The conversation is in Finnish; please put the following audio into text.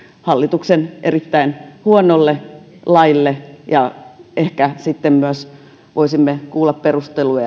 hallituksen erittäin huonolle laille ja ehkä sitten myös voisimme kuulla perusteluja